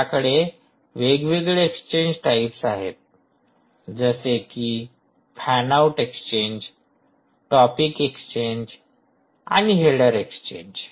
तुमच्याकडे वेगवेगळे exchange types आहेत जसे की fan out exchange topic exchange आणि हेडर एक्सचेंज